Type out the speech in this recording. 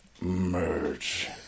Merge